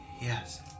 Yes